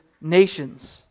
nations